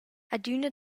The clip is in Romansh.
adüna